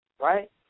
right